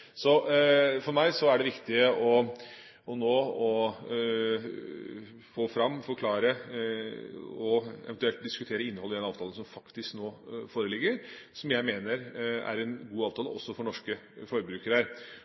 For meg er det nå viktig å få fram, forklare og eventuelt diskutere innholdet i den avtalen som faktisk foreligger, og som jeg mener er en god avtale også for norske forbrukere.